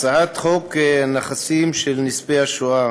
הצעת חוק נכסים של נספי השואה